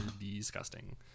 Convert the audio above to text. disgusting